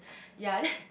ya then